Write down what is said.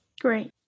Great